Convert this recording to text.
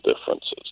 differences